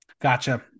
Gotcha